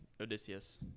Odysseus